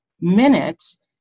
minutes